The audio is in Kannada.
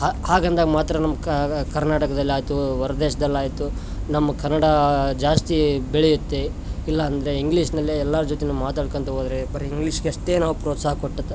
ಹಾ ಹಾಗಂದಾಗ ಮಾತ್ರ ನಮ್ಮ ಕರ್ನಾಟಕದಲ್ಲಯಿತು ಹೊರ್ದೇಶದಲ್ಲಾಯಿತು ನಮ್ಮ ಕನ್ನಡ ಜಾಸ್ತಿ ಬೆಳಿಯುತ್ತೆ ಇಲ್ಲ ಅಂದರೆ ಇಂಗ್ಲಿಷ್ನಲ್ಲೇ ಎಲ್ಲಾರ ಜೊತೆನೂ ಮಾತಾಡ್ಕೊಳ್ತಾ ಹೋದರೆ ಬರಿ ಇಂಗ್ಲಿಷ್ಗಷ್ಟೇ ನಾವು ಪ್ರೋತ್ಸಾಹ ಕೊಟ್ಟದು